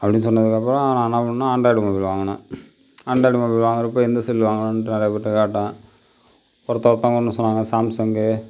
அப்படினு சொன்னதுக்கு அப்புறம் நான் என்ன பண்ணேன் ஆண்ட்ராய்டு போன் வாங்கினேன் ஆண்ட்ராய்டு மொபைல் வாங்கிறப்ப எந்த செல்லு வாங்கனுன்ட்டு நிறையா பேர்கிட்ட கேட்டேன் ஒருத்தர் ஒருத்தவங்க ஒன்று சொன்னாங்க சாம்சங்கு